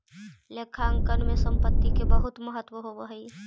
लेखांकन में संपत्ति के बहुत महत्व होवऽ हइ